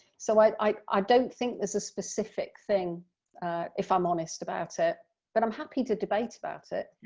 so i i don't think there's a specific thing if i'm honest about it but i'm happy to debate about it.